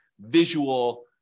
visual